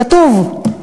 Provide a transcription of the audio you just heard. כתוב,